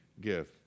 give